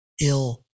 ill